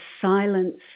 silence